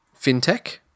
fintech